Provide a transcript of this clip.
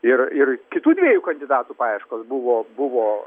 ir ir kitų dviejų kandidatų paieškos buvo buvo